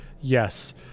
Yes